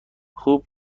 خوب